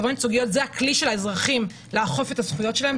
תובענות ייצוגיות זה הכלי של האזרחים לאכוף את הזכויות שלהם,